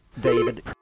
David